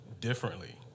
differently